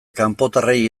kanpotarrei